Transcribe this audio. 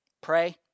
Pray